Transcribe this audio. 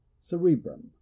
Cerebrum